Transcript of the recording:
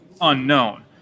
unknown